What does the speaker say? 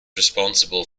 responsible